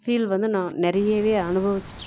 feel வந்து நான் நிறையவே அனுபவிச்சிட்டுருக்கேன்